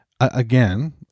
again